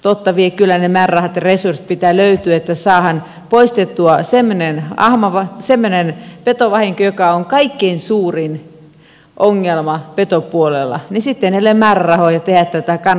totta vie kyllä ne määrärahat ja resurssit pitää löytyä että saadaan poistettua semmoinen petovahinko joka on kaikkein suurin ongelma petopuolella sitten heillä ei ole määrärahoja tehdä tätä kannanhoitosuunnitelmaa kuntoon